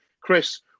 Chris